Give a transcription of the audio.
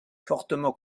fortement